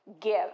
give